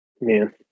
man